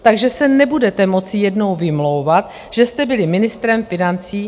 Takže se nebudete moci jednou vymlouvat, že jste byli ministrem financí oklamáni.